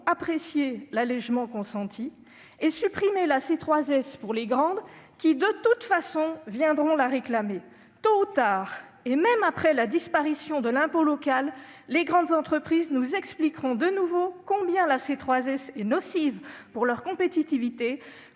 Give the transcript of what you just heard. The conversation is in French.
apprécier l'allégement consenti, et supprimer la C3S pour les grandes qui, de toute façon, viendront réclamer cette suppression. Tôt ou tard, et même après la disparition de l'impôt local, les grandes entreprises nous expliqueront de nouveau combien la C3S est nocive pour leur compétitivité,